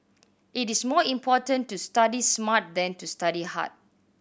it is more important to study smart than to study hard